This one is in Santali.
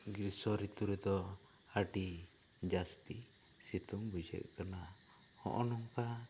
ᱜᱤᱨᱥᱚ ᱨᱤᱛᱩ ᱨᱮᱫᱚ ᱟᱹᱰᱤ ᱡᱟᱹᱥᱛᱤ ᱥᱤᱛᱩᱝ ᱵᱩᱡᱷᱟᱹᱜ ᱠᱟᱱᱟ ᱦᱚᱜᱼᱚᱭ ᱱᱚᱝᱠᱟ